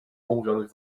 umówionych